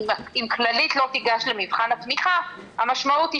אם כללית לא תיגש למבחן התמיכה המשמעות היא